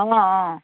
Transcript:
অঁ অঁ